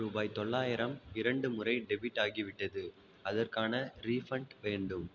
ரூபாய் தொள்ளாயிரம் இரண்டு முறை டெபிட் ஆகிவிட்டது அதற்கான ரீஃபன்ட் வேண்டும்